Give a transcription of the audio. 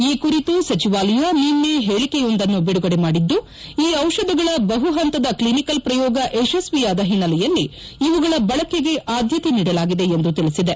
ಈ ಕುರಿತು ಸಚಿವಾಲಯ ನಿನ್ನೆ ಪೇಳಿಕೆಯೊಂದನ್ನು ಬಿಡುಗಡೆ ಮಾಡಿದ್ದು ಈ ದಿಷಧಗಳ ಬಹು ಹಂತದ ಕ್ಲಿನಿಕಲ್ ಪ್ರಯೋಗ ಯಶಸ್ತಿಯಾದ ಹಿನ್ನೆಲೆಯಲ್ಲಿ ಇವುಗಳ ಬಳಕೆಗೆ ಆದ್ದತೆ ನೀಡಲಾಗಿದೆ ಎಂದು ತಿಳಿಸಿದೆ